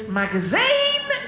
magazine